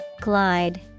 Glide